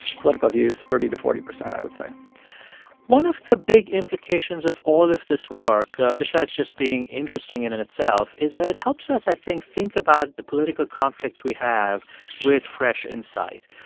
political views thirty to forty percent, i would say one of the big implications of all of this work, besides just being interesting and in itself, is that it helps us, i think, think about the political conflicts we have with fresh insight.